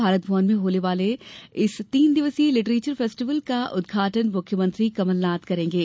भारत भवन में होने वाले इस तीन दिवसीय लिटरेचर फेस्टिवल का उदघाटन मुख्यमंत्री कमलनाथ करेंगे